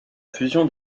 fusion